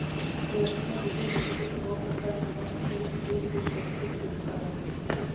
রেশমের গুটি হতিছে শুঁয়োপোকার জীবনের সেই স্তুপ যে প্রকৃত সিল্ক বানায়